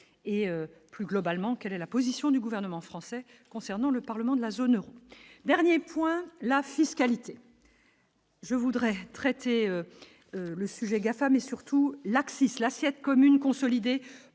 et plus globalement, quelle est la position du gouvernement français concernant le parlement de la zone Euro, dernier point, la fiscalité. Je voudrais traiter le sujet GAFAM mais surtout l'Axis l'Assiette commune consolidée